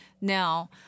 Now